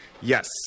Yes